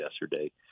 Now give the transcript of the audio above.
yesterday